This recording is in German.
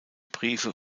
briefe